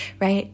right